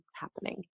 happening